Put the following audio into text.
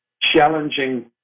challenging